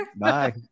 Bye